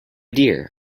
dear